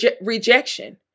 rejection